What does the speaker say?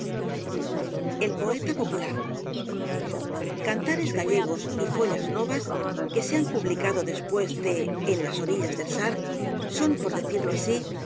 el poeta popular cantares gallegos y follas novas que se han publicado después de en las orillas del sar son por decirlo as